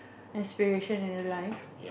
aspiration in your life